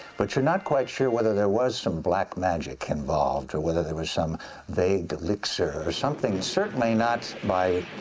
but you're not quite sure whether there was some black magic involved, or whether there was some vague elixir or something certainly not by